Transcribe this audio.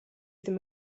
ddim